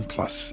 Plus